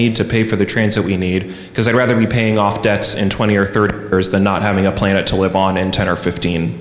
need to pay for the trains that we need because i'd rather be paying off debts in twenty dollars or thirty years than not having a planet to live on in ten or fifteen